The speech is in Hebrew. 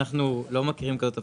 אנחנו לא מכירים כזאת הבטחה,